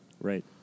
Right